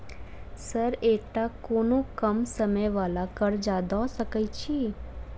Sir एकटा कोनो कम समय वला कर्जा दऽ सकै छी?